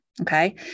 okay